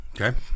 Okay